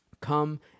come